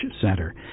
Center